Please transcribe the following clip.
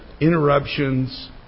interruptions